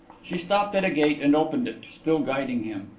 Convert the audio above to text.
she stopped at a gate and opened it, still guiding him.